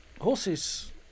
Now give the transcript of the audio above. Horses